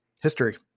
history